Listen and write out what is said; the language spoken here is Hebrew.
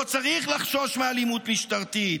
לא צריך לחשוש מאלימות משטרתית,